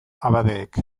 abadeek